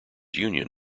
union